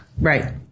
Right